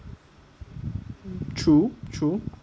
true true